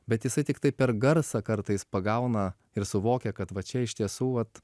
bet jisai tiktai per garsą kartais pagauna ir suvokia kad va čia iš tiesų vat